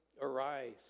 arise